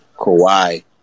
Kawhi